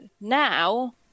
now